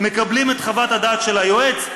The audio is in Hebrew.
מקבלים את חוות הדעת של היועץ,